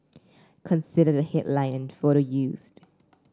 consider the headline and photo used